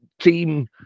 team